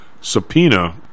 subpoena